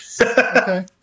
Okay